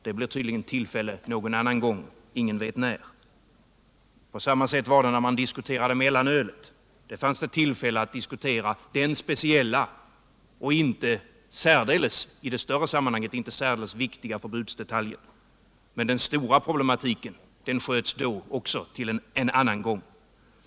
Det blir tydligen tillfälle någon annan gång — ingen vet när. På samma sätt var det när vi diskuterade mellanölet. Då fanns det tillfälle att diskutera denna speciella och i det större sammanhanget inte särdeles viktiga förbudsdetalj. Men den större problematiken sköts också då upp till en annan gång.